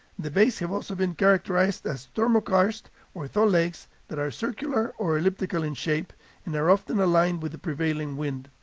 the bays have also been characterized as thermokarst or thaw lakes that are circular or elliptical in shape and are often aligned with the prevailing wind.